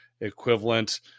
equivalent